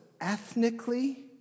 ethnically